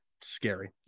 scary